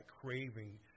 craving